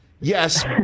yes